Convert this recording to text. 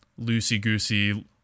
loosey-goosey